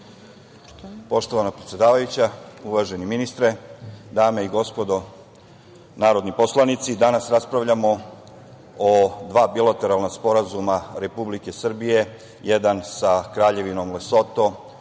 Poštovana predsedavajuća, uvaženi ministre, dame i gospodo narodni poslanici, danas raspravljamo o dva bilateralna sporazuma Republike Srbije, jedan sa Kraljevinom Lesoto